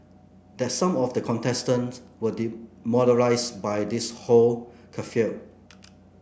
that some of the contestants were demoralised by this whole kerfuffle